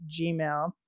Gmail